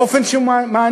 באופן שהוא מעניין.